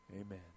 amen